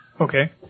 Okay